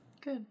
Good